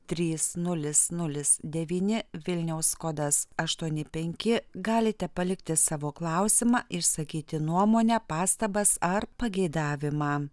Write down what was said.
trys nulis nulis devyni vilniaus kodas aštuoni penki galite palikti savo klausimą išsakyti nuomonę pastabas ar pageidavimą